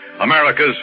America's